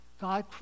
God